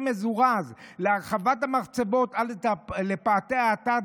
מזורז להרחבת המחצבות עד לפאתי האתר,